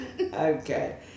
Okay